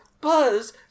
Buzz